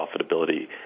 profitability